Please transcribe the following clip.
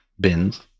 bins